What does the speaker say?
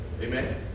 Amen